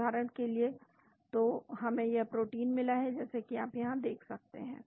उदाहरण के लिए तो हमें यह प्रोटीन मिला है जैसा कि आप यहां देख सकते हैं